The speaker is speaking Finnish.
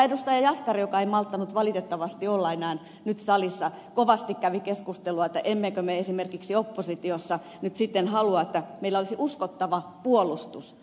jaskari joka ei malttanut valitettavasti enää nyt olla salissa kovasti kävi keskustelua kysyen emmekö me esimerkiksi oppositiossa nyt sitten halua että meillä olisi uskottava puolustus